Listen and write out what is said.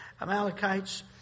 Amalekites